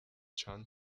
chan